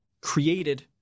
created